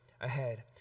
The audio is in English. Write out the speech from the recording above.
ahead